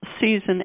season